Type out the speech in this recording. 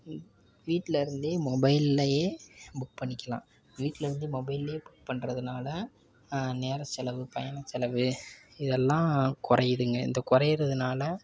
வீட்லேருந்தே மொபைல்லையே புக் பண்ணிக்கலாம் வீட்லேருந்தே மொபைலில் புக் பண்ணுறதுனால நேரச்செலவு பயணச்செலவு இதெல்லாம் குறையிதுங்க இந்த குறையிறதுனால